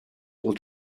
will